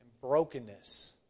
brokenness